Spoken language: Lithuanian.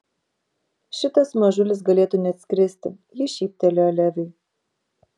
šitas mažulis galėtų net skristi ji šyptelėjo leviui